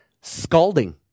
scalding